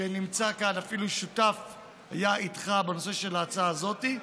שנמצא כאן, אפילו שותף איתך להצעה הזאת.